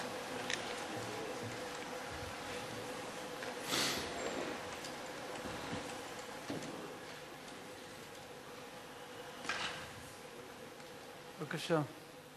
בבקשה.